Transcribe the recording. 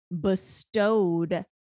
bestowed